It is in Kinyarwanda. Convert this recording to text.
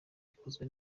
bikozwe